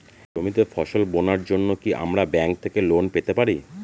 জমিতে ফসল বোনার জন্য কি আমরা ব্যঙ্ক থেকে লোন পেতে পারি?